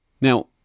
Now